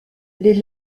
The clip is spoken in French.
les